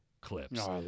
clips